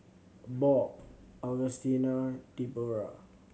Bob Augustina Debora